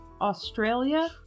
Australia